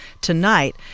Tonight